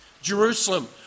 Jerusalem